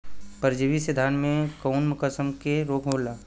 परजीवी से धान में कऊन कसम के रोग होला?